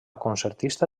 concertista